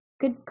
good